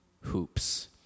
hoops